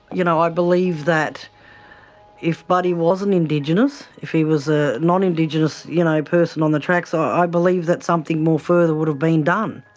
you know i believe that if buddy wasn't indigenous, if he was a non-indigenous you know person on the tracks, um i believe that something more further would have been done.